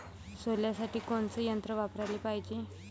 सोल्यासाठी कोनचं यंत्र वापराले पायजे?